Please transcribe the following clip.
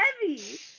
heavy